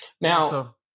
now